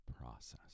process